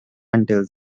until